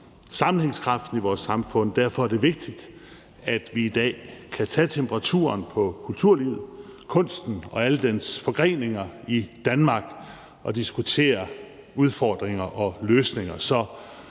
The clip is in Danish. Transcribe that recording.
sammenhængskraften i vores samfund, og derfor er det vigtigt, at vi i dag kan tage temperaturen på kulturlivet, kunsten og alle dens forgreninger i Danmark og diskutere udfordringer og løsninger.